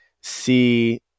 see